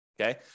okay